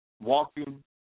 walking